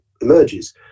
emerges